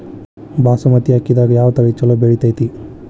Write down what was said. ಬಾಸುಮತಿ ಅಕ್ಕಿದಾಗ ಯಾವ ತಳಿ ಛಲೋ ಬೆಳಿತೈತಿ?